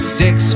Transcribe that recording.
six